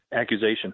accusation